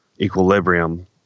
equilibrium